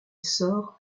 sort